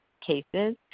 cases